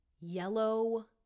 yellow